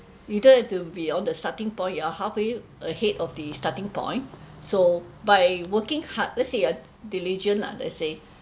you don't have to be on the starting point you are halfway ahead of the starting point so by working hard let's say you're diligent lah let's say